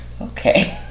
Okay